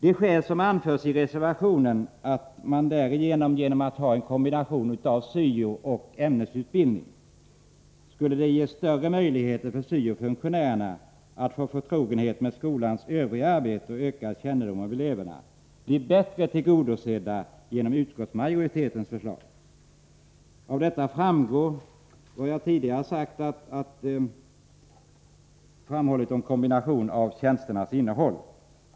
De skäl som anförs i reservationen — att en kombination av syo och ämnesutbildning skulle ge större möjligheter för syo-funktionärerna att få förtrogenhet med skolans övriga arbete och ökad kännedom om eleverna — blir bättre tillgodosedda genom utskottsmajoritetens förslag. Detta framgår av vad jag tidigare framhållit om kombination av tjänsternas innehåll.